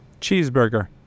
Cheeseburger